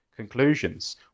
conclusions